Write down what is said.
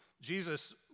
Jesus